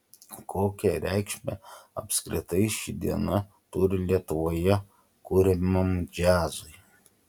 kokią reikšmę apskritai ši diena turi lietuvoje kuriamam džiazui